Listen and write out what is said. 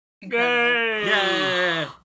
Yay